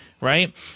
right